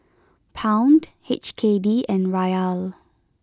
Pound H K D and Riyal